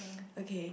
okay